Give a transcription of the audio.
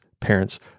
parents